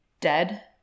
dead